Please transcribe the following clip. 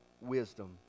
wisdom